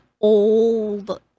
old